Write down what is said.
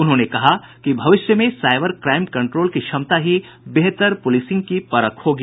उन्होंने कहा कि भविष्य में साइबर क्राइम कंट्रोल की क्षमता ही बेहतर पुलिसिंग की परख होगी